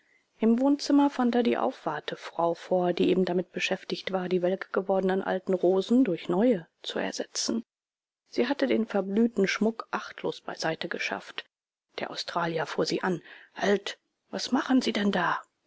im wohnzimmer fand er die aufwartefrau vor die eben damit beschäftigt war die welk gewordenen alten rosen durch neue zu ersetzen sie hatte den verblühten schmuck achtlos beiseite geschafft der australier fuhr sie an halt was machen sie denn da